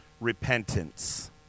repentance